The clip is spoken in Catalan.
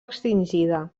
extingida